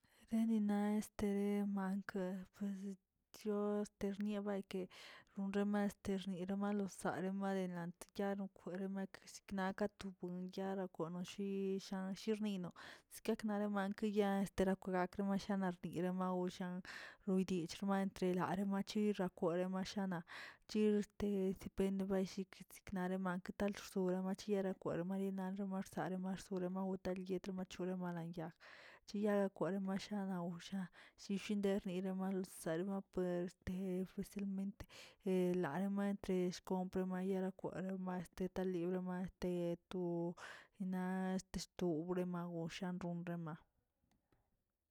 Deederina este mankə sto rnia ayke onrama este nirama losare adelant kiya wkweremaks na ka to buen yaa rakono shi llan shi rninoꞌ, skakꞌ kedemanki ya este rogak masahna rdira gawo san oydich xmant lare machixa kole mashan chir este beṉꞌ bashik siknare mankə talxrsore machin rakwero marina romorsare ma sowela matelbiet achole malan yag, ciyaga kwel mashara wasa shinshiderni marselba puer este silmente, de laramente xkompra mayorekwa ma est taliba ma te to tena este stow magoshe ranrama.